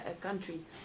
countries